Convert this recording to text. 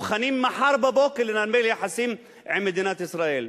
מוכנים מחר בבוקר לנרמל יחסים עם מדינת ישראל.